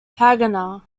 haganah